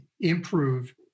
improve